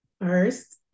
First